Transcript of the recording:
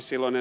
dem